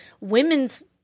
women's